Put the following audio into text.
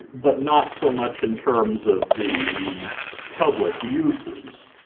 but not so much in terms of the public uses,